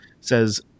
says